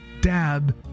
dab